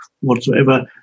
whatsoever